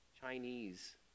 Chinese